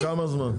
תוך כמה זמן?